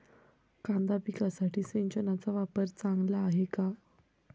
कांदा पिकासाठी सिंचनाचा वापर चांगला आहे का?